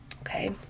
okay